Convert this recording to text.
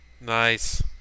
Nice